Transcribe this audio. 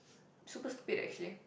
super stupid actually